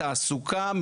תעסוקה,